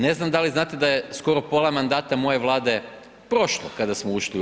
Ne znam, da li znate, da je skoro pola mandata moje vlade prošlo kada smo ušli u EU?